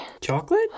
Chocolate